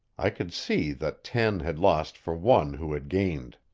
i could see that ten had lost for one who had gained.